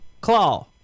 Claw